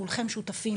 כולכם שותפים,